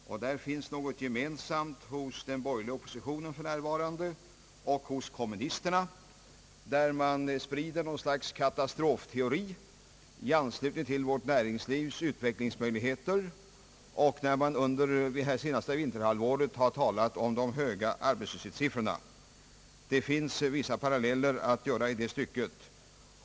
I detta fall finns det något gemensamt för närvarande hos den borgerliga oppositionen och hos kommunisterna, som sprider något slags katastrofteori i anslutning till vårt näringslivs utvecklingsmöjligheter och när man under det senaste vinterhalvåret har talat om de höga arbetslöshetssiffrorna. Det finns vissa paralleller att dra i det avseendet.